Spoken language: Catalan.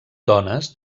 dones